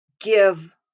Give